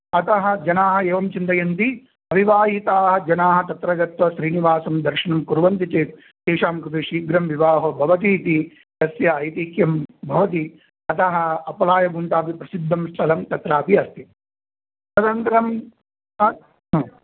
अतः जनाः एवं चिन्तयन्ति अविवाहिताः जनाः तत्र गत्वा श्रीनिवासं दर्शनं कुर्वन्ति चेत् तेषां कृते शीघ्रं विवाहो भवतीति तस्य ऐतिह्यं भवति अतः अप्पलायगुण्टापि प्रसिद्धं स्थलं तत्रापि अस्ति तदनन्तरं ह ह